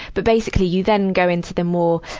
but, basically you then go into the more,